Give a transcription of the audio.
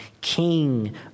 king